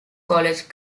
college